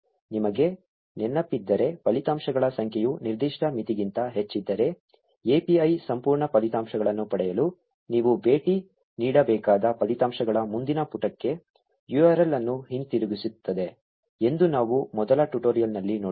ನಿಮಗೆ ನೆನಪಿದ್ದರೆ ಫಲಿತಾಂಶಗಳ ಸಂಖ್ಯೆಯು ನಿರ್ದಿಷ್ಟ ಮಿತಿಗಿಂತ ಹೆಚ್ಚಿದ್ದರೆ API ಸಂಪೂರ್ಣ ಫಲಿತಾಂಶಗಳನ್ನು ಪಡೆಯಲು ನೀವು ಭೇಟಿ ನೀಡಬೇಕಾದ ಫಲಿತಾಂಶಗಳ ಮುಂದಿನ ಪುಟಕ್ಕೆ URL ಅನ್ನು ಹಿಂತಿರುಗಿಸುತ್ತದೆ ಎಂದು ನಾವು ಮೊದಲ ಟ್ಯುಟೋರಿಯಲ್ ನಲ್ಲಿ ನೋಡಿದ್ದೇವೆ